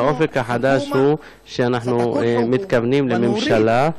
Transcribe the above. והאופק החדש הוא שאנחנו מתכוונים לממשלה,